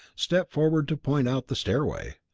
stepped forward to point out the stairway.